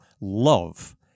love